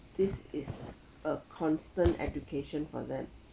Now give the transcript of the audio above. this is a constant education for them